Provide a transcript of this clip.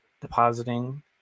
depositing